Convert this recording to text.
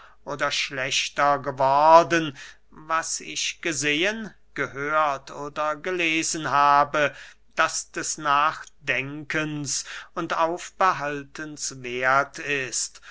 oder schlechter geworden was ich gesehen gehört oder gelesen habe das des nachdenkens und aufbehaltens werth ist